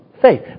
faith